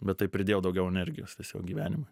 bet tai pridėjo daugiau energijos tiesiog gyvenime